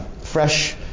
fresh